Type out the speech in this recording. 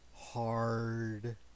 hard